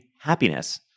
happiness